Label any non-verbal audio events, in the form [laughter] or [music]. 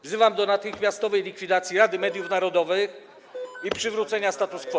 Wzywam do natychmiastowej likwidacji Rady Mediów Narodowych [noise] i przywrócenia status quo.